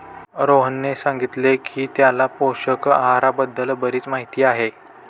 रोहनने सांगितले की त्याला पोषक आहाराबद्दल बरीच माहिती आहे